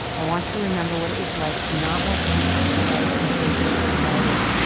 i want to remember what it was like to not want to be sexualized and feel guilty about it.